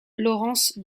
laurence